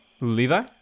Levi